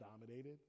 dominated